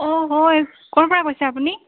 অ হয় ক'ৰ পৰা কৈছে আপুনি